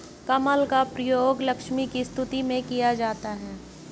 कमल का प्रयोग लक्ष्मी की स्तुति में किया जाता है